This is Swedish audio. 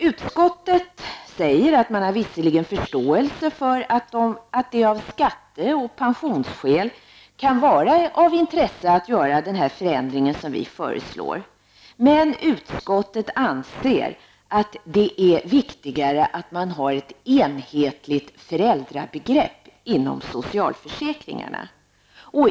Utskottet säger att man visserligen har förståelse för att det av skatte och pensionsskäl kan vara av intresse att göra den förändring som vi föreslår. Men utskottet anser att det är viktigare att man har ett enhetligt föräldrabegrepp inom socialförsäkringarna.